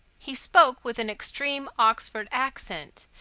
he spoke with an extreme oxford accent,